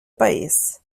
país